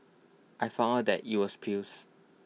I found out that IT was piles